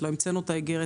לא המצאנו את האיגרת,